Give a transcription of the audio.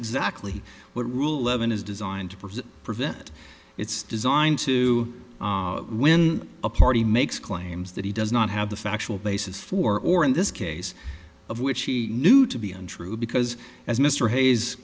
exactly what rule eleven is designed to present prevent it's designed to when a party makes claims that he does not have the factual basis for or in this case of which he knew to be untrue because as mr ha